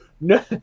No